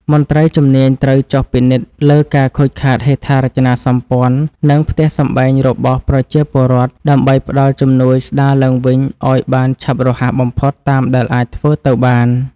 មន្ត្រីជំនាញត្រូវចុះពិនិត្យលើការខូចខាតហេដ្ឋារចនាសម្ព័ន្ធ និងផ្ទះសម្បែងរបស់ប្រជាពលរដ្ឋ ដើម្បីផ្តល់ជំនួយស្ដារឡើងវិញឱ្យបានឆាប់រហ័សបំផុតតាមដែលអាចធ្វើទៅបាន។